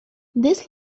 this